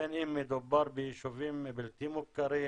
בין אם מדובר ביישובים בלתי מוכרים,